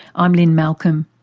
i'm lynne malcolm.